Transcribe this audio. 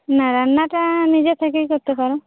হ্যাঁ রান্নাটা নিজে থেকেই করতে পারো